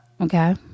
okay